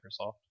Microsoft